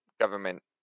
government